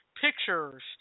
pictures